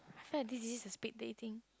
feel like this is a speed dating